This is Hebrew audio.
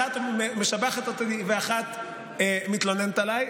אחת משבחת אותי ואחת מתלוננת עליי,